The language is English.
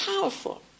powerful